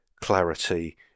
clarity